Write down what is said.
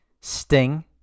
Sting